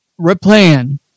Replan